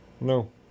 No